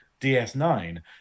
DS9